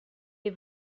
les